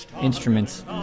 instruments